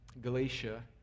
Galatia